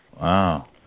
Wow